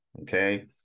okay